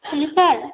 hello sir